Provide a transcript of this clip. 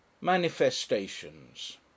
manifestations